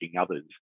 others